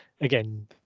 again